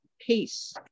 peace